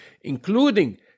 including